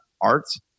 arts